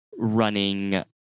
Running